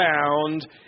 found